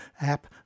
app